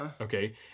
Okay